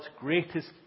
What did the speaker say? greatest